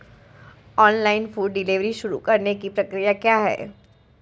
Online food delivery शुरू करने की प्रक्रिया क्या है?